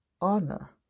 honor